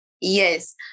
Yes